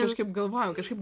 kažkaip galvojau kažkaip